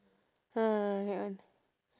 ah that one